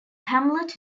hamlet